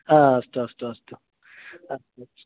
हा अस्तु अस्तु अस्तु अस्तु